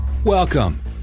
Welcome